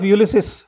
Ulysses